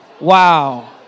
Wow